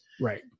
Right